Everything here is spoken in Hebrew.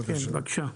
בבקשה.